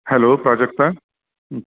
hello Prajakta